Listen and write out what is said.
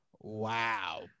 Wow